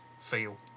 feel